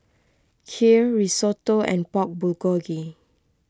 Kheer Risotto and Pork Bulgogi